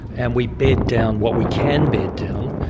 and we bed down what we can bed down,